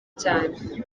cyane